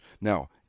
Now